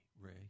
Ray